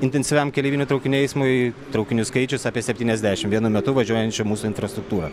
intensyviam keleivinių traukinių eismui traukinių skaičius apie septyniasdešim vienu metu važiuojančių mūsų infrastruktūra